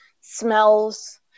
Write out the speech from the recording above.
smells